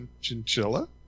Chinchilla